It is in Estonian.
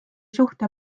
suhte